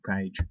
page